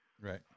Right